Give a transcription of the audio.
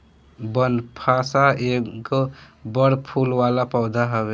बनफशा एगो बड़ फूल वाला पौधा हवे